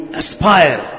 aspire